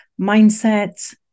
mindset